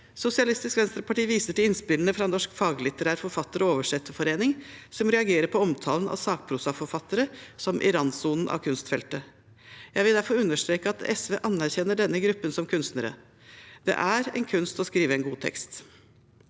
viser til innspillene fra Norsk faglitterær forfatter- og oversetterforening, som reagerer på omtalen av sakprosaforfattere som i randsonen av kunstfeltet. Jeg vil derfor understreke at SV anerkjenner denne gruppen som kunstnere. Det er en kunst å skrive en god tekst.